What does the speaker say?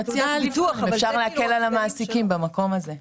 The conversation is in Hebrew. אפשר להקל על המעסיקים במקום הזה.